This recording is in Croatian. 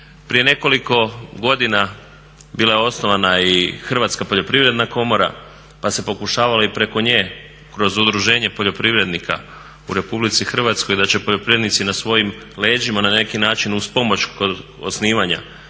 Prije nekoliko godina bila je osnovana i Hrvatska poljoprivredna komora pa se pokušavalo i preko nje kroz udruženje poljoprivrednika u Republici Hrvatskoj, da će poljoprivrednici na svojim leđima na neki način uz pomoć kod osnivanja